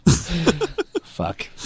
Fuck